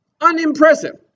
unimpressive